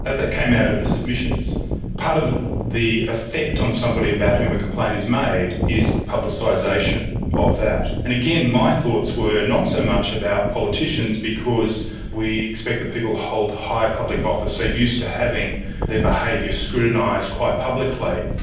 ah that came out of the submissions. part of the effect on somebody about whom a complaint is made is the publicisation of that. and again, my thoughts were not so much about politicians because we expect that people who hold high public office are used to having their behaviour scrutinised quite publicly,